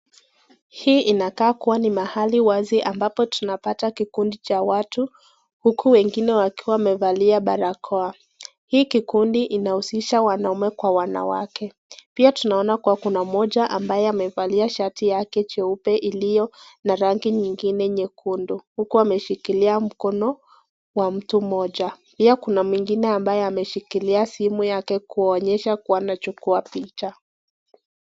Hapa panakaa kuwa ni mahali wazi ambapo tunapata kikundi cha watu, huku wengine wakiwa wamevalia barakoa. Hii kikundi inawahusisha wanaume kwa wanawake. Pia tunaona kuwa kuna mmoja ambaye amevalia shati yake cheupe iliyo na rangi nyingine nyekundu. Huku ameshikilia mkono wa mtu moja. Yeye kuna mwingine ambayo ameshikilia simu yake kuonyesha kuwa anachukua picha.